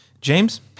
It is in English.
James